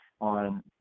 on